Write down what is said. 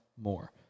more